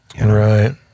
Right